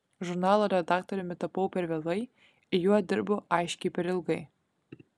žurnalo redaktoriumi tapau per vėlai ir juo dirbau aiškiai per ilgai